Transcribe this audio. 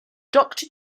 doctor